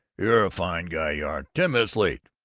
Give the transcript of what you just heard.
you're a fine guy, you are! ten minutes late!